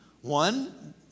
One